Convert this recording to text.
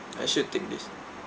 I should take this